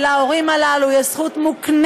יום ההצלה, זה יום כ"ו